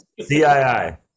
CII